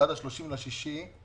ה-30 ביוני,